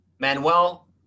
Manuel